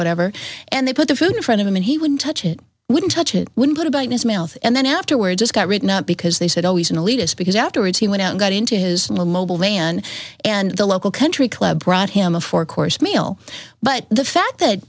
whatever and they put the food in front of him and he wouldn't touch it wouldn't touch it would get about his mouth and then afterwards it got written up because they said oh he's an elitist because afterwards he went out and got into his little mobile van and the local country club brought him a four course meal but the fact that